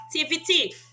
activity